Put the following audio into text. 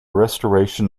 restoration